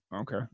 Okay